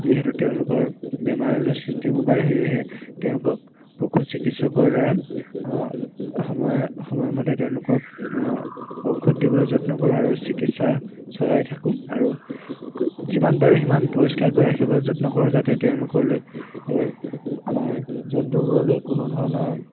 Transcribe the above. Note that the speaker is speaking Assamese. যিহেতু তেওঁলোকৰ বেমাৰ আজাৰ সৃষ্টি হ'ব পাৰে সেয়েহে তেওঁলোকক পশু চিকিৎসকৰ দ্বাৰা সময়ে সময়মতে তেওঁলোকক ঔষধ দিবলৈ যত্ন কৰোঁ আৰু চিকিৎসা চলাই থাকোঁ আৰু যিমান পাৰো সিমান পৰিষ্কাৰ কৰি ৰাখিবলৈ যত্ন কৰোঁ যাতে তেওঁলোকলৈ আমাৰ জন্তুবোৰলৈ কোনো ধৰণৰ